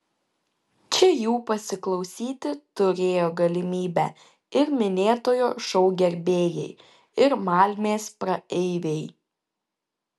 čia jų pasiklausyti turėjo galimybę ir minėtojo šou gerbėjai ir malmės praeiviai